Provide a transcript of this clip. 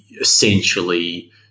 essentially